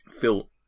Phil